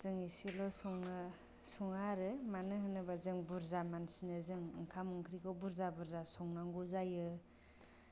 जों एसेल' सङा आरो मानो होनोबा जों बुरजा मानसिनो ओंखाम ओंख्रिखौ बुरजा बुरजा संनांगौ जायो